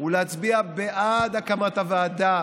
ולהצביע בעד הקמת הוועדה